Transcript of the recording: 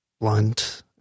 blunt